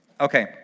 Okay